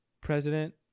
President